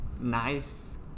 nice